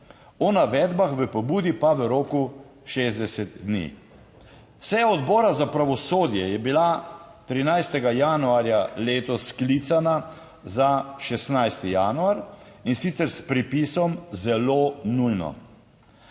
o navedbah v pobudi pa v roku 60 dni. Seja Odbora za pravosodje je bila 13. januarja letos sklicana za 16. januar, in sicer s pripisom: zelo nujno.